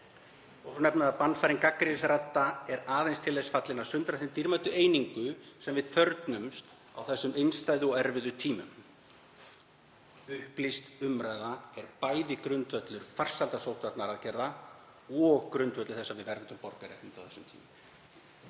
Þau nefna að bannfæring gagnrýnisradda sé aðeins til þess fallin að sundra þeirri dýrmætu einingu sem við þörfnumst á þessum einstæðu og erfiðu tímum. Upplýst umræða er bæði grundvöllur farsælla sóttvarnaaðgerða og grundvöllur þess að við verndum borgararéttindi á þessum tímum.